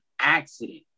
accident